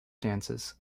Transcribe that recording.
dances